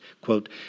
quote